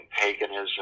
paganism